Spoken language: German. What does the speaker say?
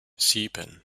sieben